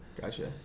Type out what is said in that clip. Gotcha